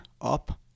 up